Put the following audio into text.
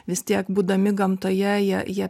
vis tiek būdami gamtoje jie jie